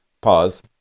Pause